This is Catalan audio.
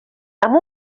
amb